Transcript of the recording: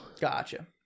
gotcha